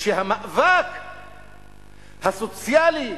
שהמאבק הסוציאלי,